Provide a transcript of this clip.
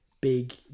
Big